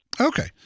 Okay